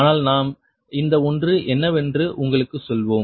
ஆனால் நாம் இந்த ஒன்று என்னவென்று உங்களுக்கு சொல்வோம்